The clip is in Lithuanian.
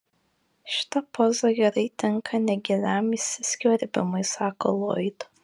šita poza gerai tinka negiliam įsiskverbimui sako loyd